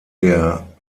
der